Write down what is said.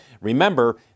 remember